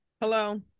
hello